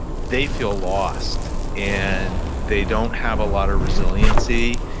they feel lost and they don't have a lot of resiliency.